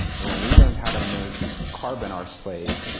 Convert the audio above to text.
and when we learned how to make carbon our slave,